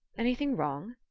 anything wrong?